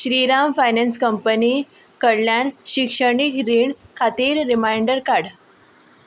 Shriram finance company कडल्यान शिक्षणीक रीण खातीर रिमांयडर काड